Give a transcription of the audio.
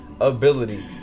ability